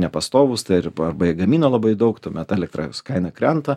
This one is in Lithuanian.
nepastovūs ta riba arba gamino labai daug tuomet elektros kaina krenta